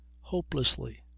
hopelessly